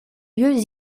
lieux